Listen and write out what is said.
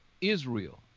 Israel